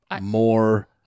more